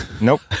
Nope